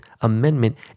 amendment